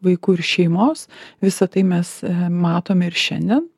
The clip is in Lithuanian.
vaikų ir šeimos visa tai mes matome ir šiandien